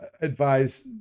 advise